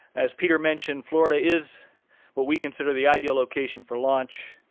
as peter mentioned, florida is what we consider the ideal location for launch.